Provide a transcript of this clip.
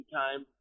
time